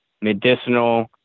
medicinal